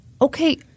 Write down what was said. Okay